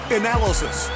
analysis